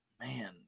man